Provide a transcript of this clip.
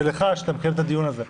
ולך שאתה מקיים את הדיון הזה.